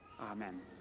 Amen